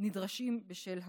נדרשים בשל המחלה.